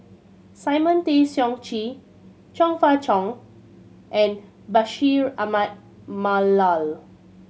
Simon Tay Seong Chee Chong Fah Cheong and Bashir Ahmad Mallal